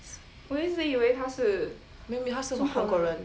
没有没有他是韩国人